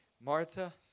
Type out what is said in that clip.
Martha